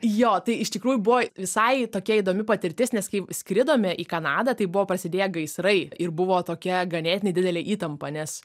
jo tai iš tikrųjų buvo visai tokia įdomi patirtis nes kai skridome į kanadą tai buvo prasidėję gaisrai ir buvo tokia ganėtinai didelė įtampa nes